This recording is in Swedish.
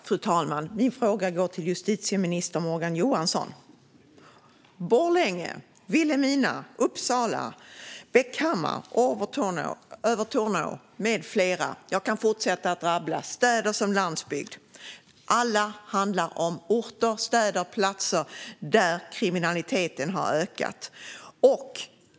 Fru talman! Min fråga går till justitieminister Morgan Johansson. Borlänge, Vilhelmina, Uppsala, Bäckhammar, Övertorneå med flera - jag kan fortsätta att rabbla, och det gäller städer som landsbygd. I alla fallen handlar det om orter, städer och platser där kriminaliteten har ökat.